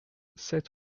sept